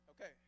Okay